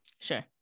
sure